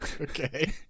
Okay